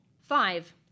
Five